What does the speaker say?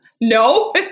No